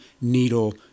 needle